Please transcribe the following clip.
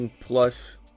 plus